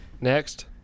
Next